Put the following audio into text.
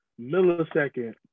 millisecond